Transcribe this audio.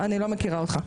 אני לא מכירה אותך.